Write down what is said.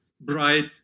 bright